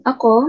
Ako